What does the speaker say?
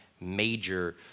major